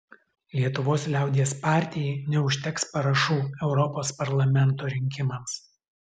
lietuvos liaudies partijai neužteks parašų europos parlamento rinkimams